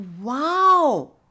Wow